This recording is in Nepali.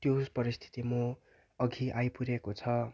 त्यो परिस्थिति म अघि आइपरेको छ